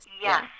Yes